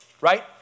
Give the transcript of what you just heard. right